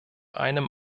einem